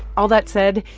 all that said,